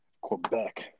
Quebec